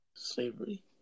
Slavery